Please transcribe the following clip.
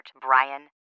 Brian